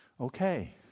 Okay